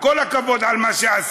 כל הכבוד על מה שעשה,